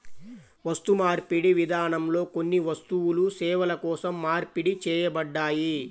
వస్తుమార్పిడి విధానంలో కొన్ని వస్తువులు సేవల కోసం మార్పిడి చేయబడ్డాయి